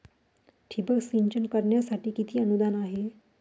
ठिबक सिंचन करण्यासाठी किती अनुदान आहे?